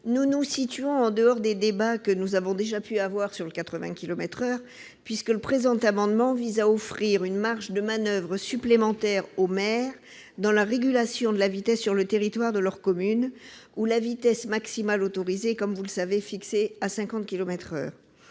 Nous nous situons en dehors des débats que nous avons déjà pu avoir sur la règle du 80 kilomètres par heure. Cet amendement vise à offrir une marge de manoeuvre supplémentaire aux maires dans la régulation de la vitesse sur le territoire de la commune, où la vitesse maximale autorisée est, comme vous le savez, fixée à 50 kilomètres